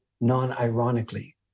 non-ironically